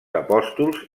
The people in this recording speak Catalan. apòstols